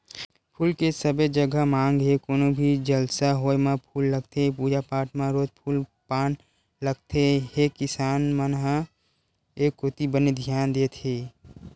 फूल के सबे जघा मांग हे कोनो भी जलसा होय म फूल लगथे पूजा पाठ म रोज फूल पान लगत हे किसान मन ह ए कोती बने धियान देत हे